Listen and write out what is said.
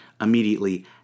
immediately